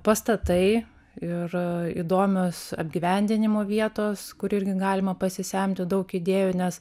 pastatai ir įdomios apgyvendinimo vietos kur irgi galima pasisemti daug idėjų nes